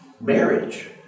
Marriage